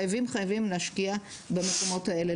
חייבים חייבים להשקיע במקומות האלה.